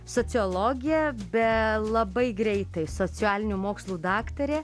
sociologė labai greitai socialinių mokslų daktarė